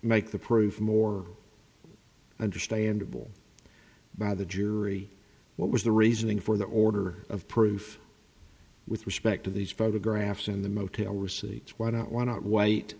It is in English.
make the proof more understandable by the jury what was the reasoning for the order of proof with respect to these photographs in the motel receipts why don't w